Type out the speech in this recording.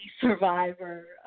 survivor